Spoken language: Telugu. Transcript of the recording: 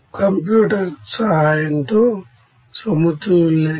మరియు ఈ స్వేదనంలో భాగం A కోసం ఇక్కడ కూర్పు మీకు తెలియదు